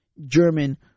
German